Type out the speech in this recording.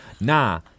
Nah